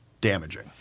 damaging